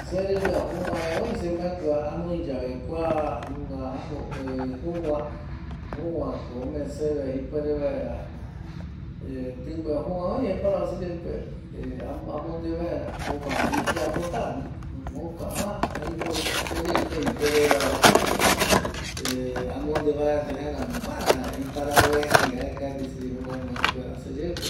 Serimbio jüva re voi se mandua anoi yave kuanunga jüva, jüva ko aiparavo se yeipe esa ikia oyesapota jaeramo jüva ño aiparavo seyeipe se puere vaera amonde.